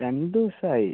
രണ്ട് ദിവസമായി